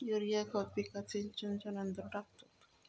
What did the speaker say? urea खत पिकात सिंचनच्या नंतर टाकतात